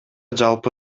жалпы